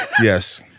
Yes